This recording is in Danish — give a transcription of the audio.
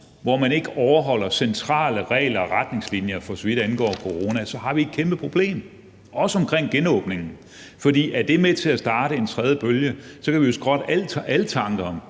hvor man ikke overholder centrale regler og retningslinjer, for så vidt angår corona, har vi et kæmpe problem, også omkring genåbningen. For er det med til at starte en tredje bølge? Så kan vi jo skrotte alle tanker om